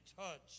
touch